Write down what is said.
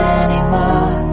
anymore